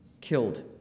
killed